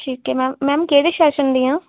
ਠੀਕ ਹੈ ma'am ma'am ਕਿਹੜੇ ਸੈਸ਼ਨ ਦੀਆਂ